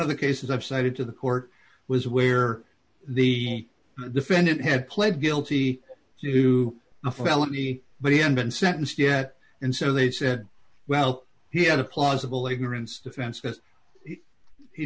of the cases i've cited to the court was where the defendant had pled guilty to a felony but he had been sentenced yet and so they said well he had a plausible ignorance defense